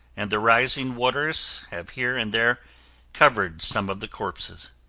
and the rising waters have here and there covered some of the corpses.